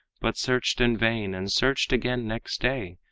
but searched in vain, and searched again next day,